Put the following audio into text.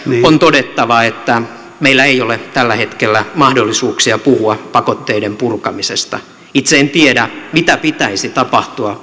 on todettava että meillä ei ole tällä hetkellä mahdollisuuksia puhua pakotteiden purkamisesta itse en tiedä mitä pitäisi tapahtua